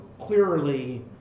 clearly